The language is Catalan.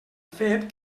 fet